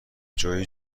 جویی